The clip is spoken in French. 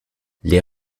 les